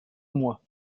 mois